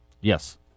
Yes